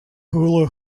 hula